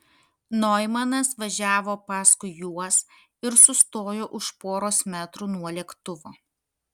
noimanas važiavo paskui juos ir sustojo už poros metrų nuo lėktuvo